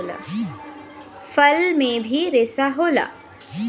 फल में भी रेसा होला